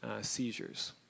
seizures